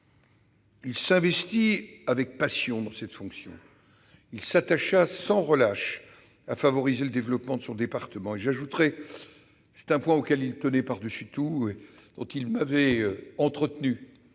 Il s'investit avec passion dans cette fonction. Il s'attacha sans relâche à favoriser le développement de son département- un développement, je souhaite le préciser car c'est un point auquel il tenait par-dessus tout et dont il m'avait entretenu,